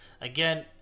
Again